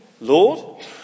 Lord